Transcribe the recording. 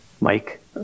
Mike